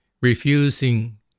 refusing